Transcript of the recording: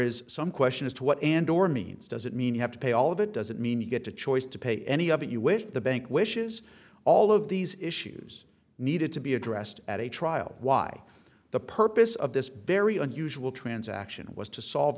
is some question as to what and or means does it mean you have to pay all of it doesn't mean you get to choice to pay any of it you wish the bank wishes all of these issues needed to be addressed at a trial why the purpose of this very unusual transaction was to solve